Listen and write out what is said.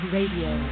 Radio